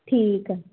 ਠੀਕ ਆ